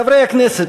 חברי הכנסת,